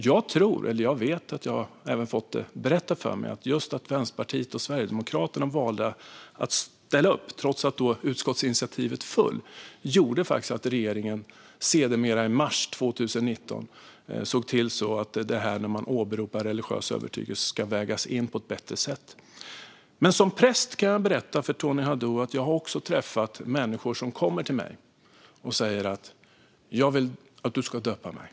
Utskottsinitiativet föll, men jag vet - jag har fått det berättat för mig - att just att Vänsterpartiet och Sverigedemokraterna valde att ställa upp faktiskt gjorde att regeringen sedermera i mars 2019 såg till att åberopande av religiös övertygelse skulle vägas in på ett bättre sätt. Men som präst kan jag berätta för Tony Haddou att jag också har träffat människor som kommer till mig och som säger: Jag vill att du ska döpa mig.